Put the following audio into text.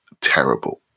terrible